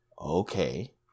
okay